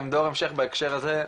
הם דור המשך בהקשר הזה,